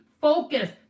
Focus